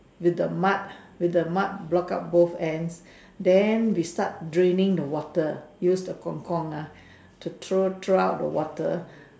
with the mud with the mud block out both ends then we start draining the water use the Kong Kong ah to throw throw out the water